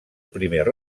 primer